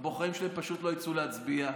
הבוחרים שלהם פשוט לא יצאו להצביע.